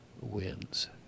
wins